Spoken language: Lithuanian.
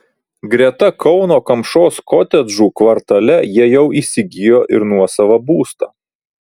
greta kauno kamšos kotedžų kvartale jie jau įsigijo ir nuosavą būstą